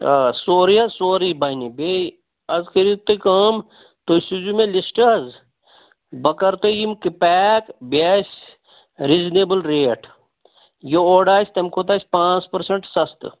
آ سورُے حظ سورُے بَنہِ بیٚیہِ حظ کٔرِو تُہۍ کٲم تُہۍ سوٗزِو مےٚ لِسٹہٕ حظ بہ کَرٕ تۄہہِ یِم پیک بیٚیہِ آسہِ ریٖزنیبٕل ریٹ یہِ اورٕ آسہِ تَمہِ کھۄتہٕ آسہِ پانٛژھ پرٛسَنٛٹ سَستہٕ